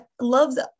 loves